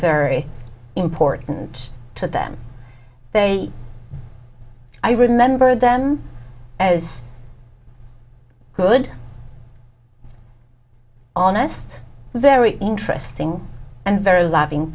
very important to them they i remembered then as good honest very interesting and very loving